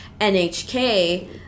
NHK